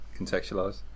contextualize